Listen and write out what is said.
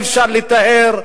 אי-אפשר לטהר.